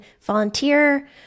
volunteer